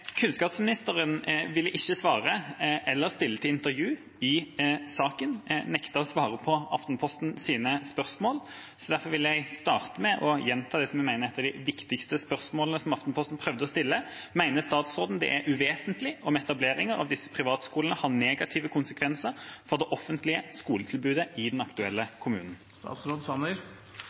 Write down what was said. Kunnskapsministeren ville ikke svare eller stille til intervju i saken – nektet å svare på Aftenpostens spørsmål. Derfor vil jeg starte med å gjenta det jeg mener er et av de viktigste spørsmålene Aftenposten prøvde å stille: Mener statsråden det er uvesentlig om etableringer av disse privatskolene har negative konsekvenser for det offentlige skoletilbudet i den aktuelle kommunen?